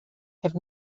have